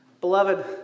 Beloved